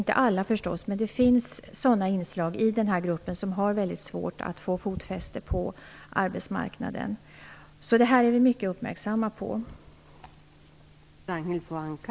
Det gäller inte alla, men det finns de som har svårt att få fotfäste på arbetsmarknaden. Vi är mycket uppmärksamma på detta.